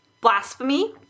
blasphemy